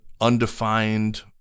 undefined